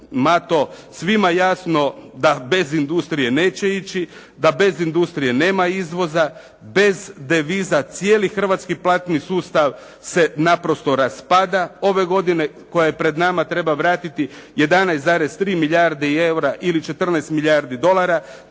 svima jasno da bez industrije neće ići, da bez industrije nema izvoza, bez deviza cijeli hrvatski platni sustav se naprosto raspada. Ove godine koja je pred nama treba vratiti 11,3 milijardi eura ili 14 milijardi dolara,